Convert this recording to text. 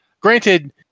Granted